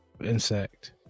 insect